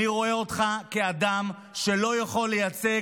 אני רואה אותך כאדם שלא יכול לייצג